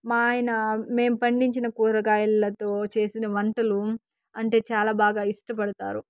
మా ఆయన మేం పండించిన కూరగాయలతో చేసిన వంటలు అంటే చాలా బాగా ఇష్టపడతారు